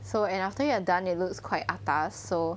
so and after you are done it looks quite atas so